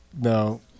No